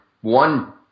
one